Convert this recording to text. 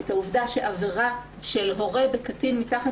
את העובדה שעבירה של הורה בקטין מתחת